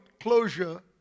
closure